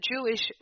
Jewish